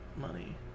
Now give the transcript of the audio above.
money